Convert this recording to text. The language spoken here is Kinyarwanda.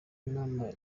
inama